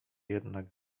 jednak